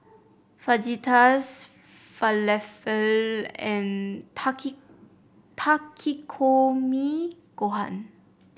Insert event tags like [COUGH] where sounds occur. Fajitas Falafel and [UNINTELLIGIBLE] Takikomi Gohan